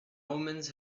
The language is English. omens